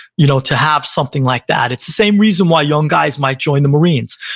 you know to have something like that. it's the same reason why young guys might join the marines.